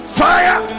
fire